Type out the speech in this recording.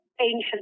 ancient